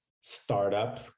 startup